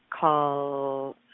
call